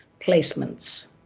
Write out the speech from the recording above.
placements